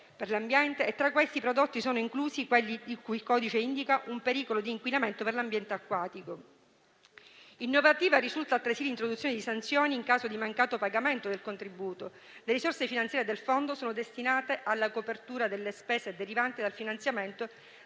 per l'ambiente. Tra questi prodotti sono inclusi quelli di cui il codice indica un pericolo di inquinamento per l'ambiente acquatico. Innovativa risulta altresì l'introduzione di sanzioni in caso di mancato pagamento del contributo. Le risorse finanziarie del fondo sono destinate alla copertura delle spese derivanti dal finanziamento